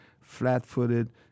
flat-footed